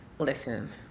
Listen